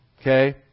okay